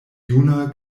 juna